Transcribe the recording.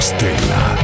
Stella